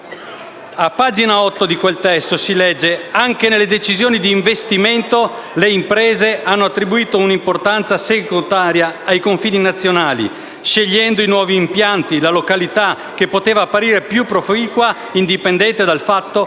A pagina 8 di quel testo si legge: «Anche nelle decisioni di investimento le imprese hanno attribuito un'importanza secondaria ai confini nazionali, scegliendo per i nuovi impianti la località che poteva apparire più proficua, indipendentemente dal fatto che